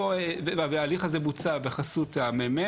ההליך הזה בוצע בחסות מרכז המחקר והמידע,